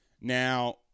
Now